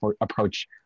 approach